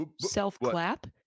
self-clap